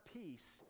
peace